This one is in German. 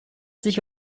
sich